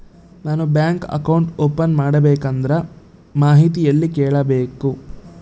ನಾನು bank account open ಮಾಡಬೇಕಂದ್ರ ಮಾಹಿತಿ ಎಲ್ಲಿ ಕೇಳಬೇಕು?